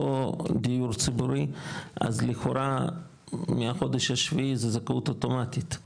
לא דיור ציבורי אז לכאורה מהחודש השביעי זו זכאות אוטומטית.